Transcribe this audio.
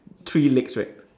three legs right